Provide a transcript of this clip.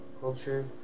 culture